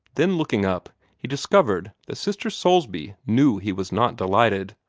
then, looking up, he discovered that sister soulsby knew he was not delighted,